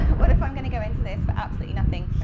what if i'm going to go into this for absolutely nothing?